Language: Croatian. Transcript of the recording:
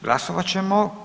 Glasovat ćemo.